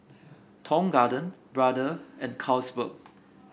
Tong Garden Brother and Carlsberg